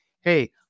hey